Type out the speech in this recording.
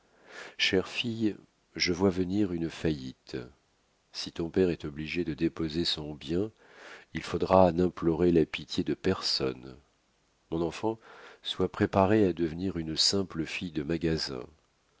chère fille je vois venir une faillite si ton père est obligé de déposer son bilan il faudra n'implorer la pitié de personne mon enfant sois préparée à devenir une simple fille de magasin